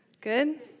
good